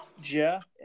Jeff